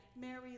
Mary